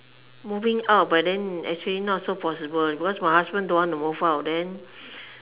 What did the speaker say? moving out but then actually not so possible because my husband don't want to move out then